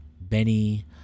Benny